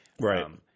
Right